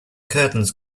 curtains